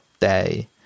day